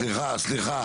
סליחה, סליחה.